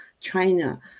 China